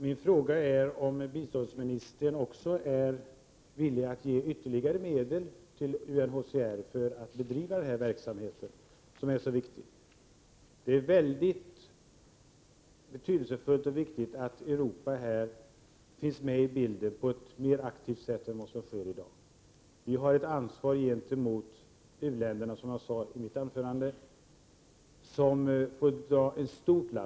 Min fråga är om biståndsministern också är villig att ge ytterligare medel till UNHCR för bedrivande av denna verksamhet, som är så viktig. Det är betydelsefullt att Europa här finns med i bilden mer aktivt än vad som förekommer i dag. Vi har ett ansvar gentemot u-länderna, som jag sade i mitt anförande, där vi får bära en stor börda.